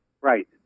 Right